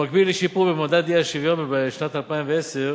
במקביל לשיפור במדד האי-שוויון בשנת 2010,